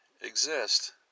exist